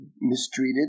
mistreated